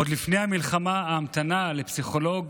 עוד לפני המלחמה ההמתנה לפסיכולוג